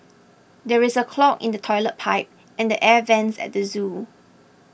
there is a clog in the Toilet Pipe and the Air Vents at the zoo